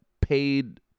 paid